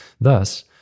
Thus